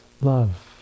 love